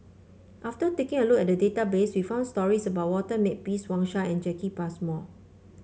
after taking a look at the database we found stories about Walter Makepeace Wang Sha and Jacki Passmore